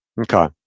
Okay